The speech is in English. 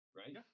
right